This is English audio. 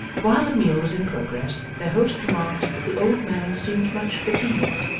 while the meal was in progress, their host remarked that the old man seemed much fatigued,